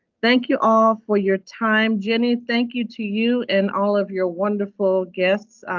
thank you all for your time. jenny, thank you to you and all of your wonderful guests.